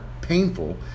painful